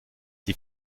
die